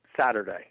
Saturday